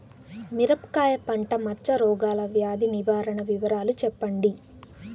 మిరపకాయ పంట మచ్చ రోగాల వ్యాధి నివారణ వివరాలు చెప్పండి?